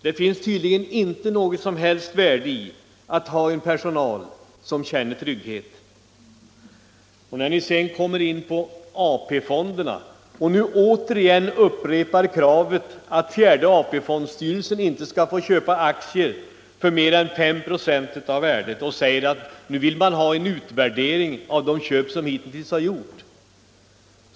Det finns tydligen inte något som helst värde i att ha en personal som känner trygghet. Sedan kommer ni in på AP-fonderna och upprepar återigen kravet på att fjärde AP-fondstyrelsen inte skall få köpa aktier för mer än 5 96 av röstvärdet, och ni vill nu ha en utvärdering av de köp som hittills har gjorts.